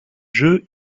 jeux